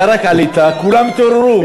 אתה רק עלית, כולם התעוררו.